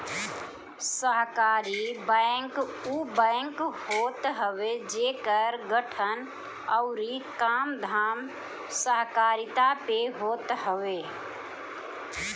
सहकारी बैंक उ बैंक होत हवे जेकर गठन अउरी कामधाम सहकारिता पे होत हवे